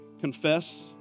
confess